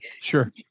sure